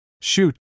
Shoot